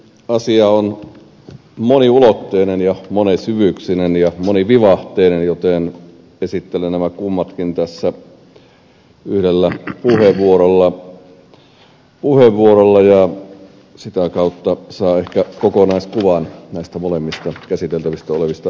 asia on moniulotteinen ja monisyvyyksinen ja monivivahteinen joten esittelen nämä molemmat tässä yhdellä puheenvuorolla ja sitä kautta saa ehkä kokonaiskuvan näistä molemmista käsiteltävinä olevista asioista